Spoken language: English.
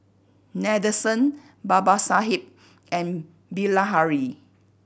Nadesan Babasaheb and Bilahari